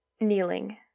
Kneeling